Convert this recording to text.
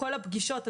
כל הפגישות,